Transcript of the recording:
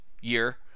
year